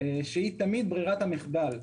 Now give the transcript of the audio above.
שהיא תמיד ברירת המחדל.